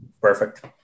Perfect